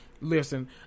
Listen